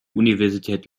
universität